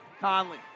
Conley